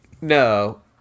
No